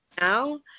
now